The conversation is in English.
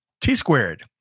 T-squared